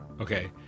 Okay